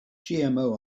gmo